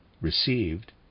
received